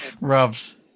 Rubs